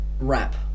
rap